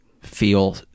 feel